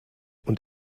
und